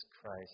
Christ